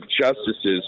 justices